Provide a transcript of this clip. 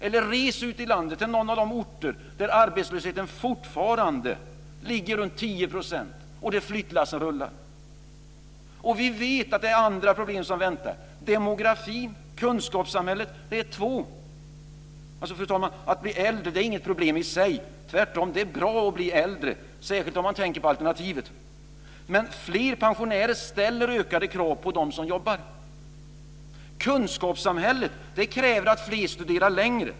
Eller res ut i landet till någon av de orter där arbetslösheten fortfarande ligger runt 10 % och där flyttlassen rullar. Vi vet att andra problem väntar. Demografin och kunskapssamhället är två. Fru talman! Att bli äldre är inget problem i sig. Tvärtom är det bra att bli äldre, särskilt om man tänker på alternativet. Men fler pensionärer ställer ökade krav på dem som jobbar. Kunskapssamhället kräver att fler studerar längre.